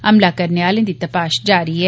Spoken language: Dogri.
हमला करने आलें दी तपाश जारी ऐ